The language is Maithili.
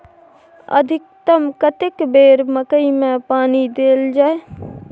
अधिकतम कतेक बेर मकई मे पानी देल जाय?